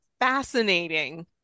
fascinating